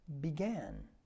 began